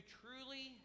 truly